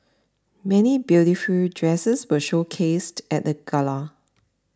many beautiful dresses were showcased at the Gala